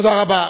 תודה רבה.